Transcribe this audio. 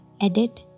edit